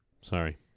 sorry